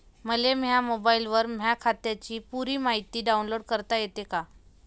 मले माह्या मोबाईलवर माह्या खात्याची पुरी मायती डाऊनलोड करता येते का?